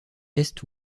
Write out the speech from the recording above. est